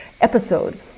episode